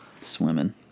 swimming